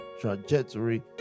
trajectory